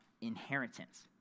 inheritance